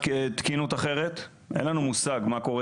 בסופו של דבר גם אם אנחנו אוכפים אור אדום,